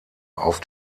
auf